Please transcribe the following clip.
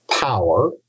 power